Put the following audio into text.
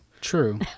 True